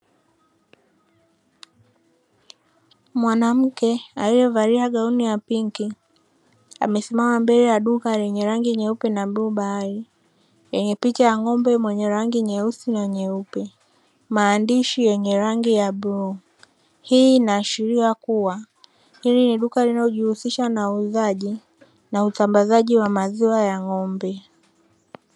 Mwanamke aliyevalia gauni la pinki, amesimama mbele ya duka lenye rangi nyeupe na bluu bahari lenye picha ya ng'ombe mwenye rangi nyeusi na nyeupe maandishi yenye rangi ya bluu, hii inaashiria kuwa hili ni duka linalojihusisha na uuzaji na usambazaji wa maziwa ya ng'ombe.